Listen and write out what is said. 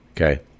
Okay